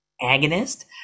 Agonist